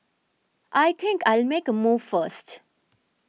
I think I'll make a move first